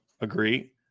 Agree